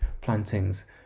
plantings